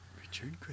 Richard